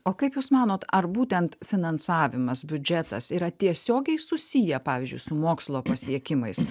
o kaip jūs manot ar būtent finansavimas biudžetas yra tiesiogiai susiję pavyzdžiui su mokslo pasiekimais